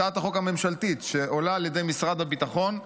הצעת החוק הממשלתית, שעולה על ידי משרד הביטחון,